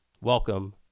welcome